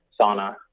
sauna